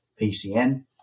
PCN